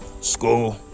school